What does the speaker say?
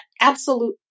absolute